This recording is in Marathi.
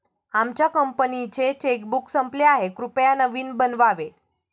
आमच्या कंपनीचे चेकबुक संपले आहे, कृपया नवीन बनवावे